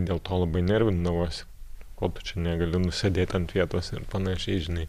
dėl to labai nervindavosi ko tu čia negali nusėdėt ant vietos ir panašiai žinai